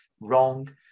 wrong